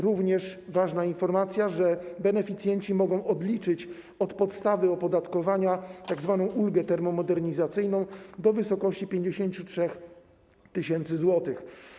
Również ważna informacja: beneficjenci mogą odliczyć od podstawy opodatkowania tzw. ulgę termomodernizacyjną do wysokości 53 tys. zł.